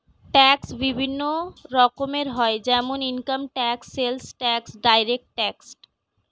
tax বিভিন্ন রকমের হয় যেমন income tax, sales tax, direct tax